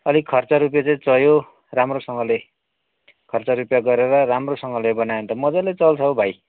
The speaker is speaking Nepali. अलिक खर्च रुपियाँ चाहिँ चाहियो राम्रोसँगले खर्च रुपियाँ गरेर राम्रोसँगले बनायो भने त मजाले चल्छ हौ भाइ